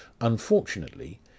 Unfortunately